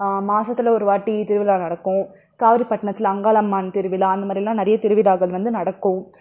மாதத்துல ஒரு வாட்டி திருவிழா நடக்கும் காவரிபட்ணத்தில் அங்காளம்மன் திருவிழா அந்த மாதிரிலாம் நிறைய திருவிழாக்கள் வந்து நடக்கும்